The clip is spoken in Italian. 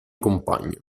compagno